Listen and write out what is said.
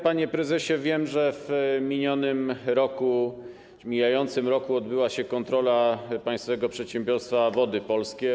Panie prezesie, wiem, że w minionym roku, w mijającym roku odbyła się kontrola państwowego przedsiębiorstwa Wody Polskie.